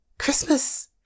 Christmas